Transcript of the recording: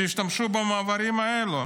שישתמשו במעברים האלה.